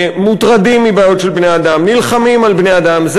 מוטרדים מבעיות של בני-אדם, נלחמים על בני-אדם.